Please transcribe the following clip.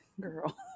girl